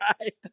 Right